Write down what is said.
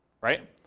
right